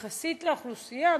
יחסית לאוכלוסייה,